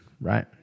right